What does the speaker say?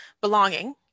belonging